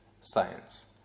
science